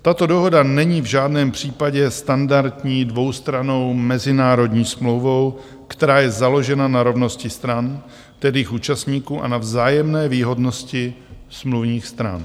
Tato dohoda není v žádném případě standardní dvoustrannou mezinárodní smlouvou, která je založena na rovnosti stran, tedy účastníků, a na vzájemné výhodnosti smluvních stran.